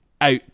out